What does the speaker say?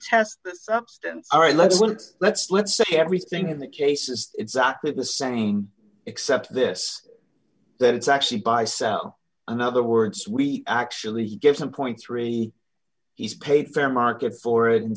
test this substance all right let's let's let's say everything in the case is exactly the same except this that it's actually buy sell another words we actually give some point three he's paid fair market for it and